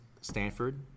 Stanford